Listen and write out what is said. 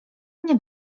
nie